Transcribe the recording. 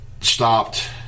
stopped